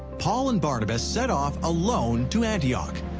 paul and barnabas set off alone to antioch.